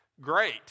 great